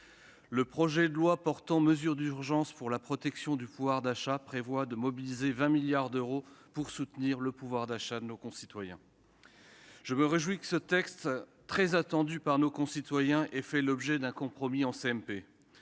Le projet de loi portant mesures d'urgence pour la protection du pouvoir d'achat prévoit de mobiliser 20 milliards d'euros pour soutenir le budget des Français. Je me félicite que ce texte, très attendu par nos concitoyens, ait fait l'objet d'un compromis en